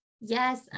Yes